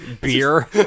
Beer